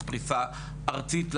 בפריסה ארצית,